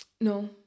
No